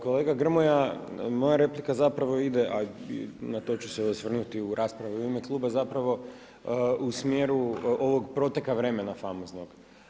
Kolega Grmoja, moja replika zapravo ide a na to ću se osvrnuti u raspravi u ime kluba, zapravo u smjeru ovog proteka vremena famoznog.